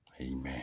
Amen